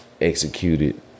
executed